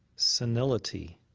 senility